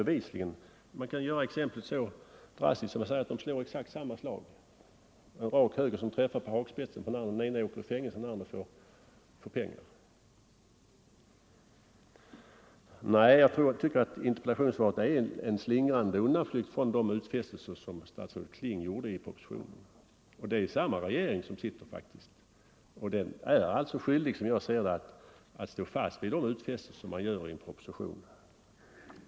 Man kan göra exemplet så drastiskt att man säger att de slår exakt samma slag: en rak höger som träffar på hakspetsen — den ene åker i fängelse och den andre får pengar av samhället. Jag tycker att interpellationssvaret är en slingrande undanflykt från de utfästelser som statsrådet Kling gjorde i propositionen. Det är faktiskt samma regering nu också. Den är alltså skyldig att stå fast vid de utfästelser som görs i en proposition.